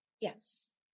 Yes